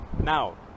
now